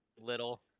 little